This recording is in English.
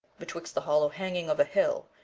betwixt the hollow hanging of a hill,